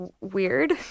Weird